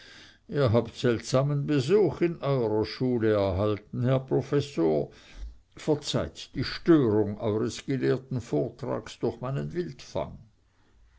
ihr habt seltsamen besuch in eurer schule erhalten herr professor verzeiht die störung eures gelehrten vortrags durch meinen wildfang